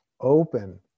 Open